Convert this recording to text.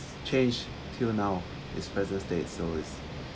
change till now its present days so is